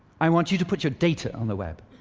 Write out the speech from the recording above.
i want you to put your data on the web.